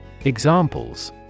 Examples